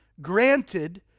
granted